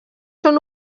són